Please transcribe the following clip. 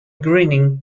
grinning